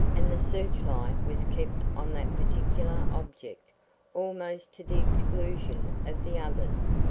and the searchlight was kept on that particular object almost to the exclusion of the others.